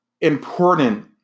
important